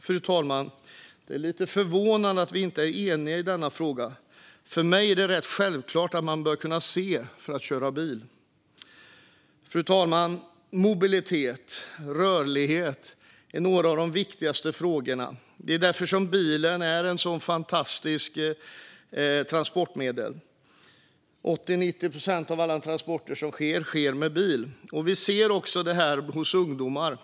Fru talman! Det är lite förvånande att vi inte är eniga i denna fråga. För mig är det självklart att man bör kunna se för att köra bil. Fru talman! Mobilitet och rörlighet är några av de viktigaste frågorna. Det är därför som bilen är ett så fantastiskt transportmedel. 80-90 procent av alla transporter sker med bil. Detta syns också hos ungdomar.